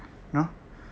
y'know